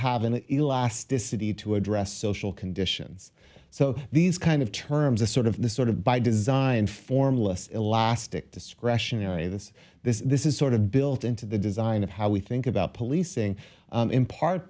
have an elasticities to address social conditions so these kind of terms a sort of this sort of by design formless elastic discretionary this this this is sort of built into the design of how we think about policing in part